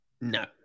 no